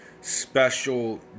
special